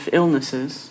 illnesses